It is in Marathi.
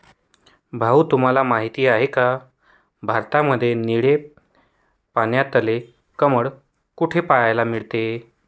भाऊ तुम्हाला माहिती आहे का, भारतामध्ये निळे पाण्यातले कमळ कुठे पाहायला मिळते?